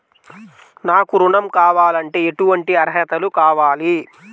నాకు ఋణం కావాలంటే ఏటువంటి అర్హతలు కావాలి?